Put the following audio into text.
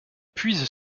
puise